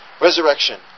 resurrection